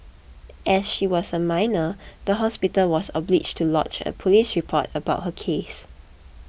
as she was a minor the hospital was obliged to lodge a police report about her case